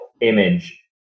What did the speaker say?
image